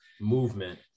movement